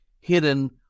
hidden